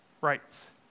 rights